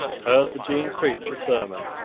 heard the dean preach a sermon,